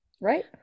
Right